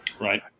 Right